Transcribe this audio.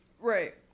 Right